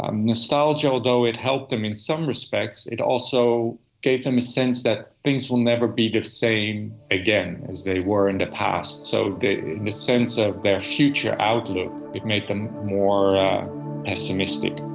ah nostalgia, although it helped them in some respects, it also gave them a sense that things will never be the same again as they were in the past, so the sense of their future outlook, it made them more pessimistic.